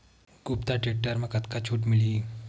कुबटा टेक्टर म कतका छूट मिलही?